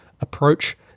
approach